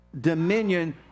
Dominion